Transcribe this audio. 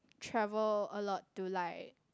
travel a lot to like